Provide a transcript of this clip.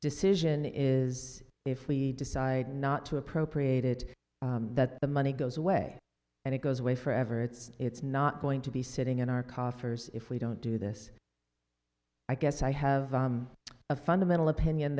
decision is if we decide not to appropriate it that the money goes away and it goes away forever it's it's not going to be sitting in our coffers if we don't do this i guess i have a fundamental opinion